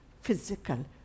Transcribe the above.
physical